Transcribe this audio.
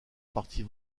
partie